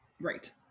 Right